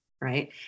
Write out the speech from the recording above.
Right